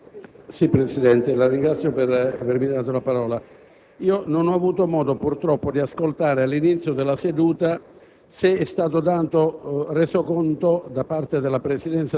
Presidente, la ringrazio per avermi dato la parola. Non ho avuto modo, purtroppo, di ascoltare all'inizio della seduta